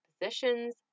positions